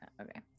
Okay